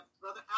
Brother